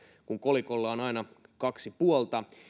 kun kolikolla on aina kaksi puolta